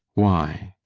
why?